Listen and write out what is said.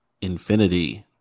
Infinity